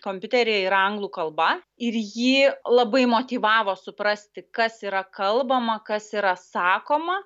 kompiuteryje yra anglų kalba ir jį labai motyvavo suprasti kas yra kalbama kas yra sakoma